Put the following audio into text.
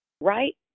right